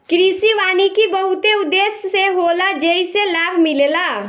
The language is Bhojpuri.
कृषि वानिकी बहुते उद्देश्य से होला जेइसे लाभ मिलेला